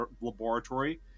laboratory